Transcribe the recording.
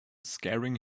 scaring